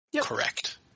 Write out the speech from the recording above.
Correct